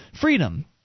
freedom